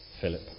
Philip